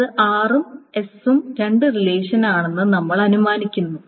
അത് r ഉം s ഉം രണ്ട് റിലേഷൻ ആണെന്ന് നമ്മൾ അനുമാനിക്കുന്നു